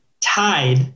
tied